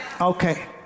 Okay